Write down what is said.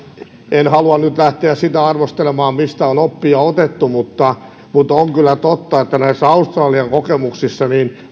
en halua nyt lähteä sitä arvostelemaan mistä on oppia otettu mutta mutta on kyllä totta että näissä australian kokemuksissa